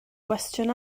gwestiwn